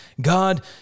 God